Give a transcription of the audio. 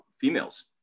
females